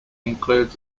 includes